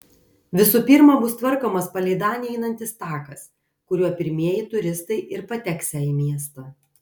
visų pirma bus tvarkomas palei danę einantis takas kuriuo pirmieji turistai ir pateksią į miestą